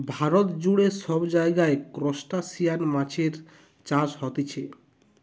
ভারত জুড়ে সব জায়গায় ত্রুসটাসিয়ান মাছের চাষ হতিছে